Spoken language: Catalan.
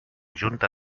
junta